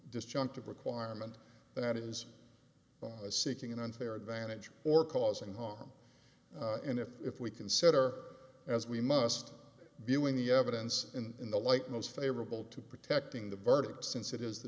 disjunctive requirement that is seeking an unfair advantage or causing harm and if if we consider as we must be doing the evidence in the light most favorable to protecting the verdict since it is the